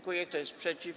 Kto jest przeciw?